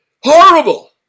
Horrible